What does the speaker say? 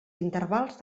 intervals